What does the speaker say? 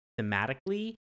thematically